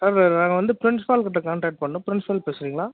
sir நாங்கள் வந்து principal கிட்டே கான்டாக்ட் பண்ணணும் பிரின்ஸ்பால் பேசுறிங்களா